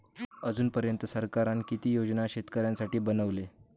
अजून पर्यंत सरकारान किती योजना शेतकऱ्यांसाठी बनवले?